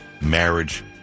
marriage